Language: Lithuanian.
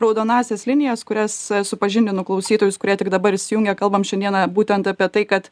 raudonąsias linijas kurias supažindinu klausytojus kurie tik dabar įsijungė kalbam šiandieną būtent apie tai kad